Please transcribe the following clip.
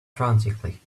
frantically